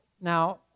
now